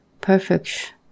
perfect